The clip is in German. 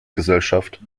gesellschaft